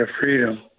freedom